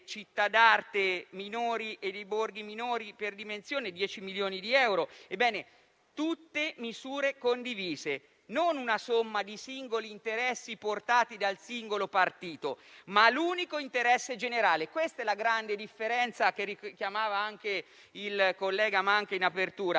città d'arte minori e dei borghi minori per dimensione (10 milioni di euro). Sono tutte misure condivise, non una somma di singoli interessi portati dal singolo partito, ma un unico interesse generale. Questa è la grande differenza che richiamava anche il collega Manca in apertura: